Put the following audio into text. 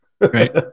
Right